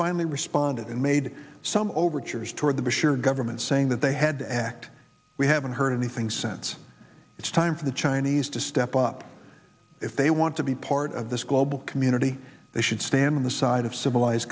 finally responded and made some overtures toward the bashir government saying that they had to act we haven't heard anything since it's time for the chinese to step up if they want to be part of this global community they should stand on the side of civilized